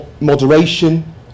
moderation